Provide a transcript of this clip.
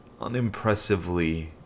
unimpressively